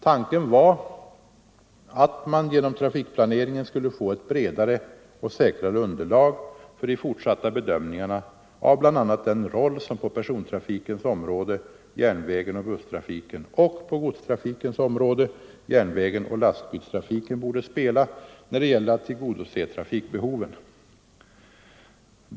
Tanken var att man genom trafikplaneringen skulle få ett bredare och säkrare underlag för de fortsatta bedömningarna av bl.a. den roll som på persontrafikens område järnvägen och busstrafiken och på godstrafikens område järnvägen och lastbilstrafiken borde spela när det gäller att tillgodose trafikbehoven.